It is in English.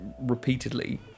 repeatedly